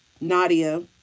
Nadia